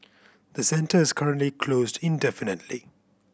the centre is currently closed indefinitely